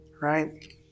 Right